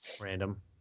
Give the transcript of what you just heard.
Random